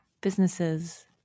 Businesses